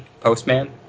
Postman